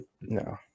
no